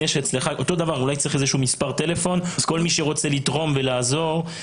אולי צריך איזשהו מספר טלפון לכל מי שרוצה לתרום ולעזור,